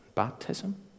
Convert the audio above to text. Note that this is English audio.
baptism